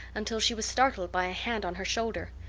until she was startled by a hand on her shoulder.